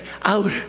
out